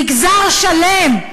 מגזר שלם,